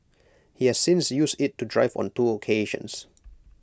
he has since used IT to drive on two occasions